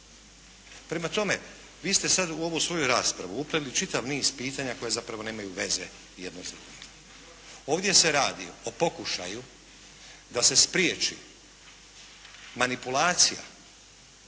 Prema tome vi ste sada u ovu svoju raspravu upleli čitav niz pitanja koja zapravo nemaju veze jedno s drugim. Ovdje se radi o pokušaju da se spriječi manipulacija